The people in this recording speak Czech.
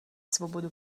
svobodu